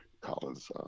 Collins